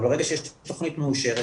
אבל ברגע שיש תכנית מאושרת,